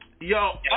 Yo